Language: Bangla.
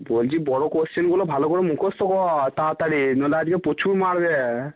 বলছি বড়ো কোশ্চেনগুলো ভালো করে মুখস্থ কর তাড়াতাড়ি নাহলে আজকে প্রচুর মারবে